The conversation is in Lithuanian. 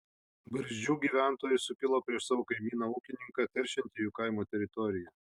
barzdžių gyventojai sukilo prieš savo kaimyną ūkininką teršiantį jų kaimo teritoriją